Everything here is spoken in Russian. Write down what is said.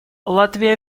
латвия